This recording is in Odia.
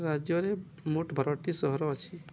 ରାଜ୍ୟରେ ମୋଟ ବାରଟି ସହର ଅଛି